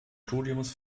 studiums